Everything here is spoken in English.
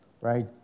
right